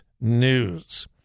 news